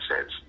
Says